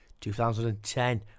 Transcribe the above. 2010